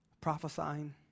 prophesying